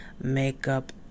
makeup